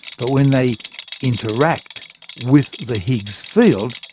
but when they interact with the higgs field,